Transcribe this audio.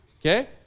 Okay